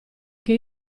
che